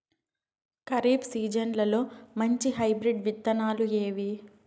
ఖరీఫ్ సీజన్లలో మంచి హైబ్రిడ్ విత్తనాలు ఏవి